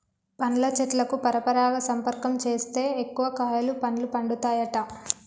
పండ్ల చెట్లకు పరపరాగ సంపర్కం చేస్తే ఎక్కువ కాయలు పండ్లు పండుతాయట